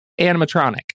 animatronic